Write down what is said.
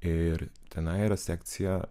ir tenai yra sekcija